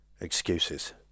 excuses